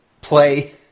play